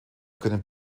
können